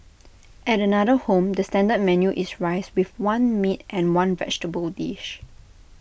at another home the standard menu is rice with one meat and one vegetable dish